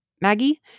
Maggie